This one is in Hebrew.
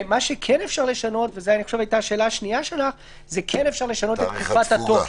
מה שכן אפשר לשנות, הוא את תקופת התוקף.